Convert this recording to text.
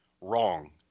Wrong